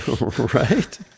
Right